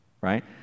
right